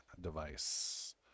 device